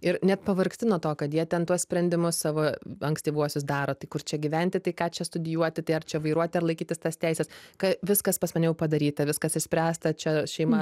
ir net pavargsti nuo to kad jie ten tuos sprendimus savo ankstyvuosius daro tai kur čia gyventi tai ką čia studijuoti tai ar čia vairuoti ar laikytis tas teises kad viskas pas mane jau padaryta viskas išspręsta čia šeima